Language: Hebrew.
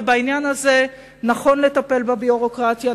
ובעניין הזה נכון לטפל בביורוקרטיה,